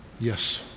Yes